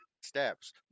steps